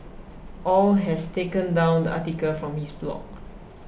Au has taken down the article from his blog